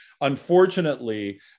Unfortunately